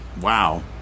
wow